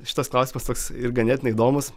šitas klausimas toks ir ganėtinai įdomus